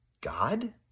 God